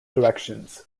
directions